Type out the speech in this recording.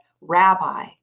rabbi